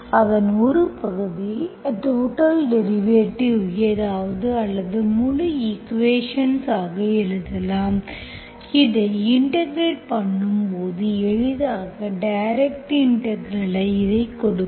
அதன் ஒரு பகுதியை டோடல் டெரிவேட்டிவ் ஏதாவது அல்லது முழு ஈக்குவேஷன்ஸ் ஆக எழுதலாம் அதை இன்டெகிரெட் பண்ணும் போது எளிதாக டைரக்ட் இன்டெக்ரல்ஐ இதைக் கொடுக்கும்